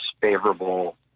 favorable